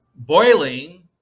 boiling